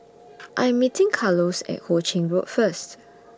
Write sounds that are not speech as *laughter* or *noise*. *noise* I Am meeting Carlos At Ho Ching Road First